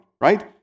right